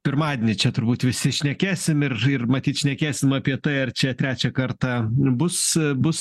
pirmadienį čia turbūt visi šnekėsim ir matyt šnekėsim apie tai ar čia trečią kartą bus bus